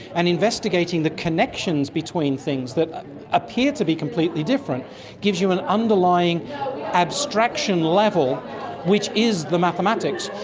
and investigating the connections between things that appear to be completely different gives you an underlying abstraction level which is the mathematics,